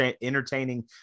entertaining